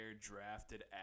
drafted